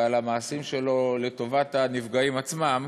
ועל המעשים שלו לטובת הנפגעים עצמם,